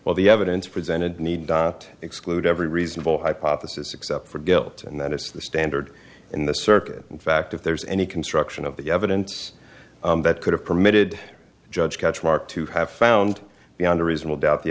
well the evidence presented need to exclude every reasonable hypothesis except for guilt and that is the standard in the circuit in fact if there's any construction of the evidence that could have permitted judge hatch mark to have found beyond a reasonable doubt the